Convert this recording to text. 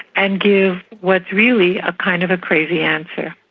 and give what's really a kind of a crazy answer.